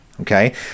okay